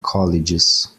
colleges